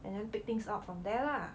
and then pick things up from there lah